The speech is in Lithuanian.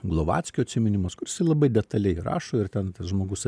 glovackio atsiminimus jisai labai detaliai rašo ir ten tas žmogus